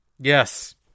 Yes